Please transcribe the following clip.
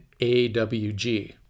awg